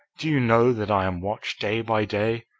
do you know that i am watched, day by day?